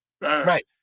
Right